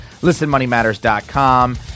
ListenMoneyMatters.com